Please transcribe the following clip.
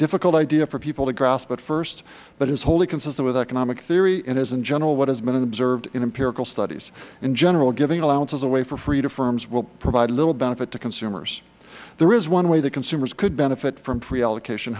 difficult idea for people to grasp at first but is wholly consistent with economic theory and is in general what has been observed in empirical studies in general giving allowances away for free to firms will provide little benefit to consumers there is one way that consumers could benefit from free allocation